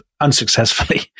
unsuccessfully